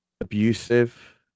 abusive